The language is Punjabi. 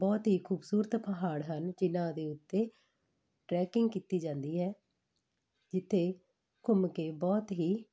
ਬਹੁਤ ਹੀ ਖੂਬਸੂਰਤ ਪਹਾੜ ਹਨ ਜਿਨ੍ਹਾਂ ਦੇ ਉੱਤੇ ਟਰੈਕਿੰਗ ਕੀਤੀ ਜਾਂਦੀ ਹੈ ਜਿੱਥੇ ਘੁੰਮ ਕੇ ਬਹੁਤ ਹੀ